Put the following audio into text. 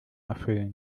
erfüllen